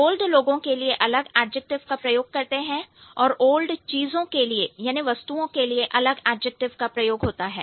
old लोगों के लिए अलग एडजेक्टिव का प्रयोग करते हैं और ओल्ड चीजों के लिए अलग एडजेक्टिव का प्रयोग होता है